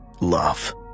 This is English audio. love